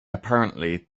apparently